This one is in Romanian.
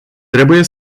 trebuie